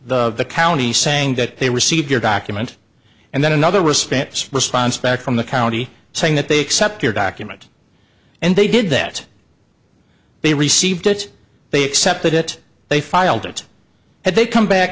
from the county saying that they received their document and then another response response back from the county saying that they accept your document and they did that they received it they accepted it they filed it had they come back